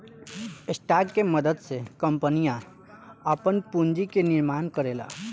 stock के मदद से कंपनियां आपन पूंजी के निर्माण करेला